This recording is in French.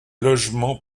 logements